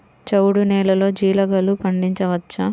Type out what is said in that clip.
చవుడు నేలలో జీలగలు పండించవచ్చా?